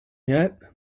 yet